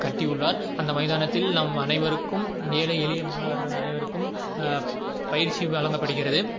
கட்டியுள்ளார் அந்த மைதானத்தில் நம் அனைவருக்கும் ஏழை எளிய மாணவர்கள் அனைவருக்கும் பயிற்சி வழங்கப்படுகிறது